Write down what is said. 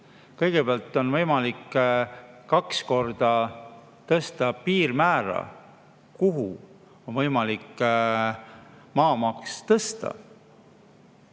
Kõigepealt on võimalik kaks korda tõsta piirmäära, milleni on võimalik maamaks tõsta.